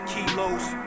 Kilos